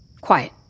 Quiet